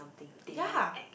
ya